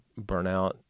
burnout